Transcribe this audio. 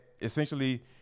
essentially